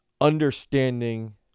understanding